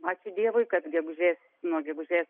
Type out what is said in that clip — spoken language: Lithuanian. ačiū dievui kad gegužės nuo gegužės